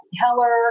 Heller